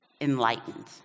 enlightened